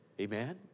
Amen